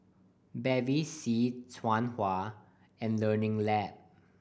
Bevy C Tahuna and Learning Lab